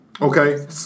okay